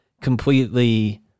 completely